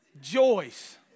Joyce